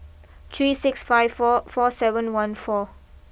three six five four four seven one four